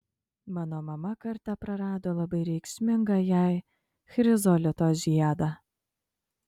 mano mama kartą prarado labai reikšmingą jai chrizolito žiedą